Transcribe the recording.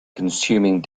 consuming